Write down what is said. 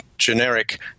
Generic